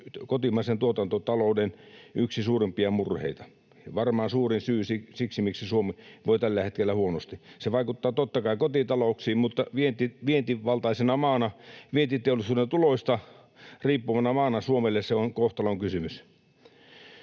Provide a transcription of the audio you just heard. kotimaisen tuotantotalouden yksi suurimmista murheista ja varmaan suurin syy siihen, miksi Suomi voi tällä hetkellä huonosti. Se vaikuttaa totta kai kotitalouksiin, mutta vientivaltaisena maana, vientiteollisuuden tuloista riippuvana maana Suomelle se on kohtalonkysymys.